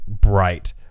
bright